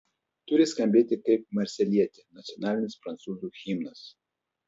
turi skambėti kaip marselietė nacionalinis prancūzų himnas